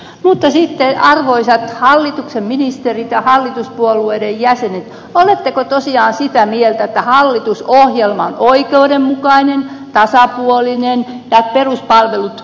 mutta sitten arvoisat hallituksen ministerit ja hallituspuolueiden jäsenet oletteko tosiaan sitä mieltä että hallitusohjelma on oikeudenmukainen tasapuolinen ja että peruspalvelut turvataan